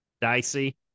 dicey